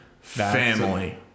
family